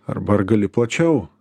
arba ar gali plačiau